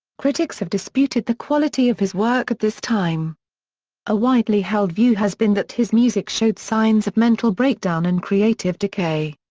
critics have disputed the quality of his work at this time a widely held view has been that his music showed signs of mental breakdown and creative decay.